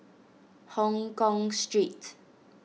Hongkong Street